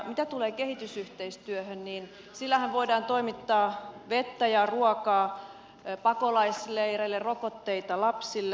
mitä tulee kehitysyhteistyöhön sillähän voidaan toimittaa vettä ja ruokaa pakolaisleireille rokotteita lapsille